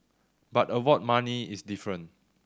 but award money is different